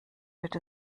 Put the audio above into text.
wird